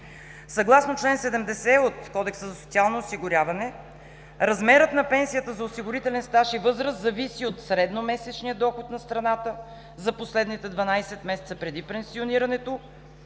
Съгласно чл. 70 от Кодекса за социално осигуряване размерът на пенсията за осигурителен стаж и възраст зависи от средномесечния доход на страната за последните 12 месеца преди пенсионирането,